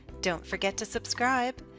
don't forget to subscribe.